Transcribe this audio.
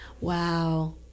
Wow